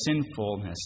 sinfulness